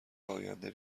آینده